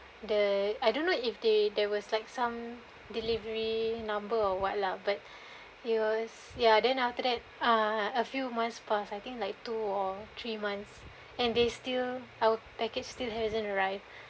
the I don't know if they there was like some delivery number or what lah but it was ya then after that uh a few months plus I think like two or three months and they still our package still hasn't arrive